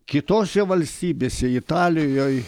kitose valstybėse italijoj